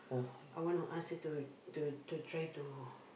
I wanna ask to to try to